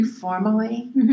formally